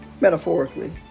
metaphorically